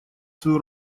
свою